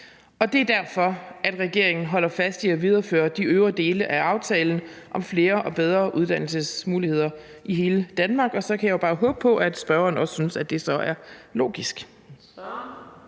Og det er derfor, at regeringen holder fast i at videreføre de øvrige dele af aftalen om flere og bedre uddannelsesmuligheder i hele Danmark. Og så kan jeg jo bare håbe på, at spørgeren så også synes, at det er logisk.